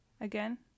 again